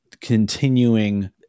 continuing